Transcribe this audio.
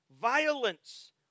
violence